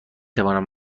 توانم